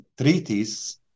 treaties